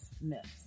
myths